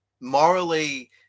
morally